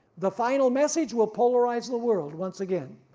the final message will polarize the world once again,